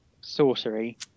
Sorcery